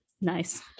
Nice